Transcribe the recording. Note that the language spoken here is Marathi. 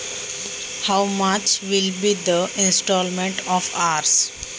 किती रुपयांचा हप्ता असेल?